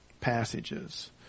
passages